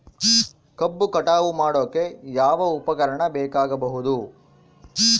ಕಬ್ಬು ಕಟಾವು ಮಾಡೋಕೆ ಯಾವ ಉಪಕರಣ ಬೇಕಾಗಬಹುದು?